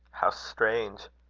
how strange!